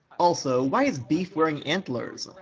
also, why is beef wearing antlers?